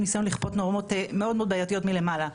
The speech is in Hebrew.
ניסיון לכפות נורמות מאוד בעייתיות מלמעלה.